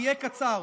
זה יהיה קצר.